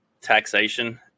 taxation